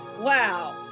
Wow